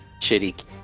shitty